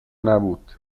نبود